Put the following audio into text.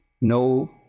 No